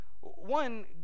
one